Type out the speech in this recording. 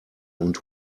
und